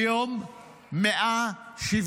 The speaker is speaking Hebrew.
היום 175